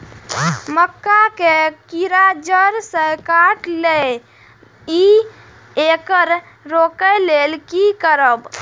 मक्का के कीरा जड़ से काट देय ईय येकर रोके लेल की करब?